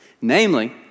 namely